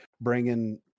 bringing